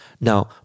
Now